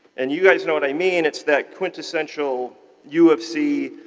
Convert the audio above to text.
and you guys know what i mean. it's that quintessential u of c